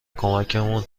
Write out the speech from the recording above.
کمکمون